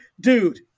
dude